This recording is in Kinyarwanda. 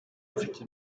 mfite